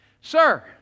sir